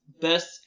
Best